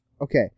Okay